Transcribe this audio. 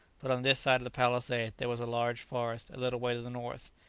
but on this side of the palisade there was a large forest a little way to the north,